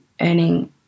earning